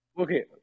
Okay